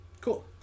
Cool